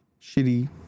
shitty